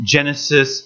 Genesis